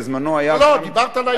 בזמנו היה גם, לא לא, דיברת לעניין.